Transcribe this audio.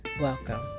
Welcome